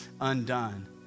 undone